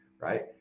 right